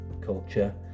culture